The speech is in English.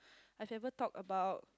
I've ever talk about